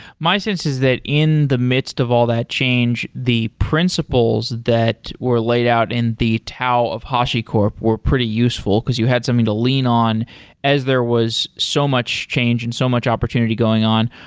my sense is that in the midst of all that change, the principles that were laid out in the tao of hashicorp were pretty useful, because you had something to lean on as there was so much change and so much opportunity going on.